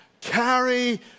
carry